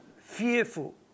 fearful